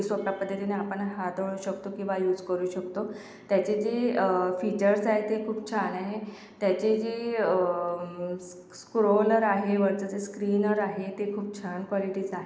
सोप्या पद्धतीने आपण हाताळू शकतो किंवा यूज करू शकतो त्याचे जे फीचर्स आहेत ते खूप छान आहे त्याचे जे स्क स्क्रोलर आहे वरचं जे स्क्रीनर आहे ते खूप छान क्वालिटीचं आहे